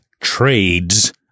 trades